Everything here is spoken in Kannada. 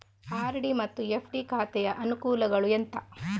ಆರ್.ಡಿ ಮತ್ತು ಎಫ್.ಡಿ ಖಾತೆಯ ಅನುಕೂಲಗಳು ಎಂತ?